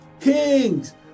Kings